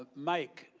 ah mike,